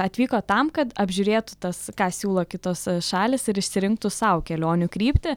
atvyko tam kad apžiūrėtų tas ką siūlo kitos šalys ir išsirinktų sau kelionių kryptį